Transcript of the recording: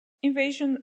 invasion